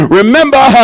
remember